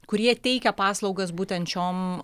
kurie teikia paslaugas būtent šiom